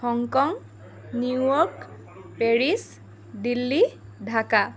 Hong Kong New York Delhi Paris Dhaka